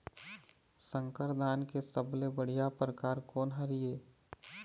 संकर धान के सबले बढ़िया परकार कोन हर ये?